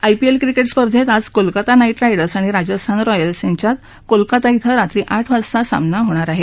IPL cricket स्पर्धेत आज Kolkata knight riders आणि राजस्थान रॉयल्स यांच्यात कोलाकाता इथं रात्री आठ वाजता सामना होणार आहे